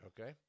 Okay